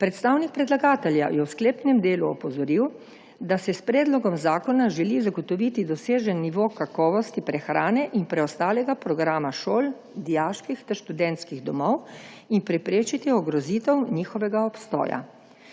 Predstavnik predlagatelja je v sklepnem delu opozoril, da se s predlogom zakona želi zagotoviti dosežen nivo kakovosti prehrane in preostalega programa šol, dijaških ter študentskih domov in preprečiti ogrozitev njihovega obstoja.